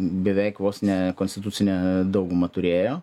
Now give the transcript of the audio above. beveik vos ne konstitucinę daugumą turėjo